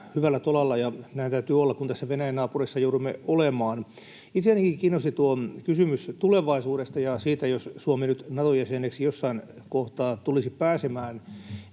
hyvällä tolalla, ja näin täytyy olla, kun tässä Venäjän naapurissa joudumme olemaan. Itseänikin kiinnosti tuo kysymys tulevaisuudesta ja siitä, että jos Suomi nyt Nato-jäseneksi jossain kohtaa tulisi pääsemään,